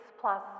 plus